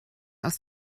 aus